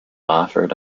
offered